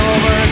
Over